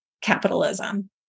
capitalism